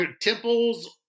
temples